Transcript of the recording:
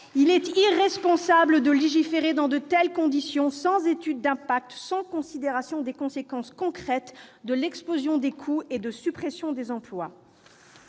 Il est irresponsable de légiférer dans de telles conditions, sans étude d'impact, sans considération des conséquences concrètes, de l'explosion des coûts et des suppressions d'emplois.